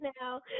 now